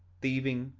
thieving,